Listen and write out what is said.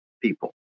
people